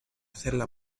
hacerla